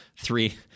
three